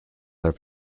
their